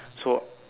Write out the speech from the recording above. so